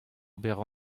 ober